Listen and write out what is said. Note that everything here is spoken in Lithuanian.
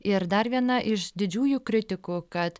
ir dar viena iš didžiųjų kritikų kad